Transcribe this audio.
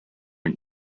and